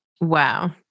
Wow